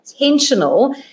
intentional